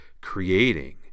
creating